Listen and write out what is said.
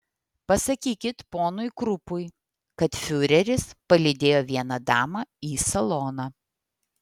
pasakykit ponui krupui kad fiureris palydėjo vieną damą į saloną